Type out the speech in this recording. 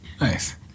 Nice